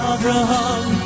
Abraham